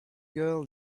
girl